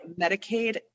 Medicaid